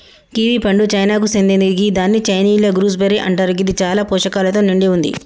kiwi పండు చైనాకు సేందింది గిదాన్ని చైనీయుల గూస్బెర్రీ అంటరు గిది చాలా పోషకాలతో నిండి వుంది